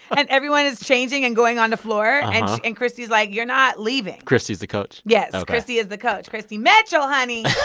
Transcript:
but and everyone is changing and going onto floor and christie is like, you're not leaving. christie is the coach yes ok so christie is the coach christie mitchell, honey.